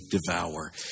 devour